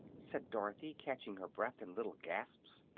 said dorothy, catching her breath in little gasps.